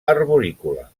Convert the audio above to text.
arborícola